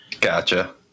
Gotcha